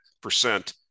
percent